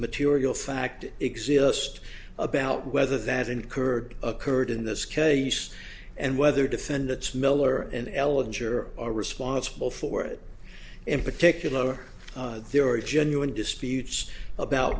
material fact exist about whether that incurred occurred in this case and whether defendant smeller and ellen sure are responsible for it in particular there are genuine disputes about